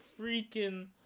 freaking